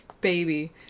baby